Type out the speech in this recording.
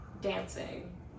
dancing